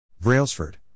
Brailsford